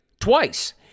Twice